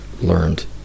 learned